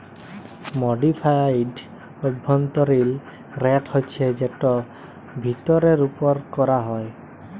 modified অভ্যলতরিল rate হছে যেট ফিরতের উপর ক্যরা হ্যয়